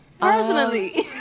personally